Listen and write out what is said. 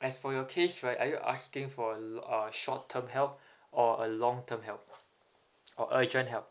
as for your case right are you asking for a lo~ uh short term help or a long term help or urgent help